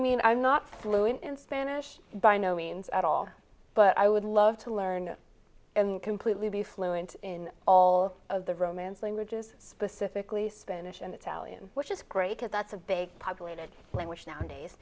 mean i'm not through in spanish by no means at all but i would love to learn and completely be fluent in all of the romance languages specifically spanish and italian which is great because that's a big populated language nowadays